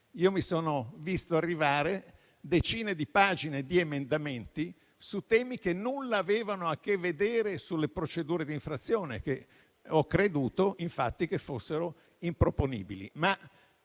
Mi sono visto arrivare decine di pagine di emendamenti su temi che nulla avevano a che vedere sulle procedure di infrazione e ho creduto infatti che fossero improponibili.